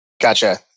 Gotcha